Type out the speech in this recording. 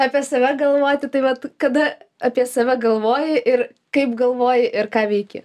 apie save galvoti tai vat kada apie save galvoji ir kaip galvoji ir ką veiki